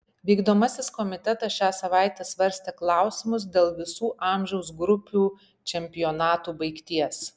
vykdomasis komitetas šią savaitę svarstė klausimus dėl visų amžiaus grupių čempionatų baigties